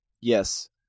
Yes